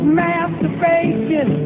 masturbation